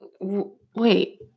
Wait